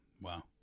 wow